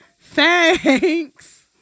Thanks